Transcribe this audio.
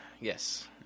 Yes